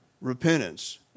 repentance